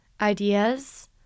ideas